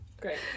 Great